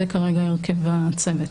זה כרגע הרכב הצוות.